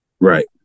Right